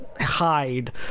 hide